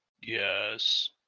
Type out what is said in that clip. yes